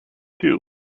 too